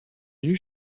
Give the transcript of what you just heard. you